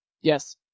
Yes